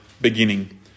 beginning